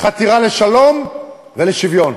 חתירה לשלום ולשוויון.